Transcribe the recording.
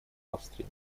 австрии